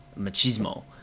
machismo